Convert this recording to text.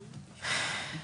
טוב.